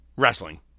wrestling